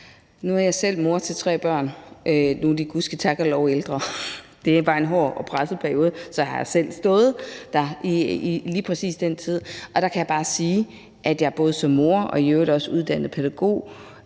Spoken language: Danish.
Jeg er selv mor til tre børn, og nu er de gud ske tak og lov ældre, for det er bare en hård og presset periode. Så jeg har selv stået der i lige præcis den tid, og der kan jeg bare sige som både mor og i øvrigt også uddannet pædagog,